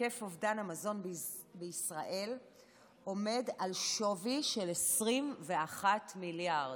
היקף אובדן המזון בישראל עומד על שווי של 21 מיליארד.